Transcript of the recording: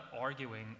arguing